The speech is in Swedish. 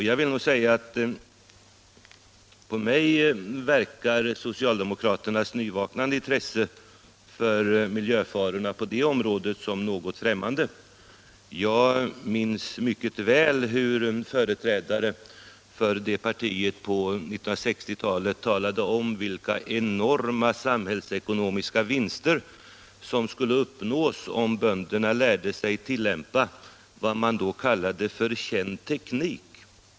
Jag är litet förvånad över socialdemokraternas nyvaknade intresse för miljöfarorna på det här området, eftersom jag mycket väl minns hur företrädare för det partiet på 1960-talet talade om vilka enorma samhällsekonomiska vinster som skulle uppnås om bönderna lärde sig tilllämpa vad man då kallade känd teknik.